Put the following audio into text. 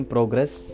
Progress